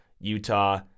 Utah